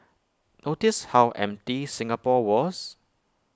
notice how empty Singapore was